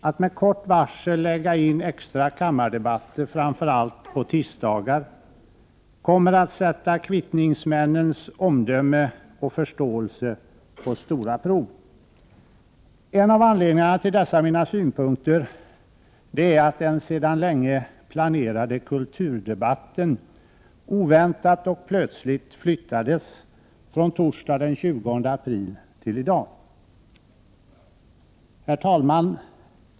Att med kort varsel lägga in extra kammardebatter framför allt på tisdagar kommer att sätta kvittningsmännens omdöme och förståelse på stora prov. En av anledningarna till dessa mina synpunkter är att den sedan länge planerade kulturdebatten oväntat och plötsligt flyttades från torsdagen den 20 april till i dag. Herr talman!